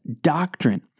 doctrine